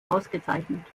ausgezeichnet